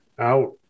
out